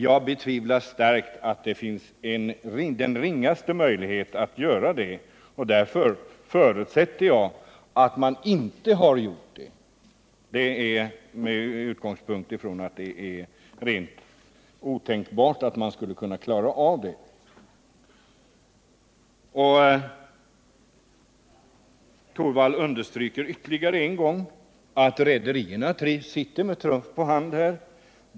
Jag betvivlar starkt att det finns den ringaste möjlighet att göra det, och därför förutsätter jag att kommissionen inte har gjort det. Ytterligare en gång underströk Rune Torwald att rederierna sitter med trumf på hand.